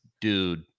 dude